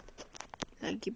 lagi berapa minit